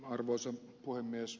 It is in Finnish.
arvoisa puhemies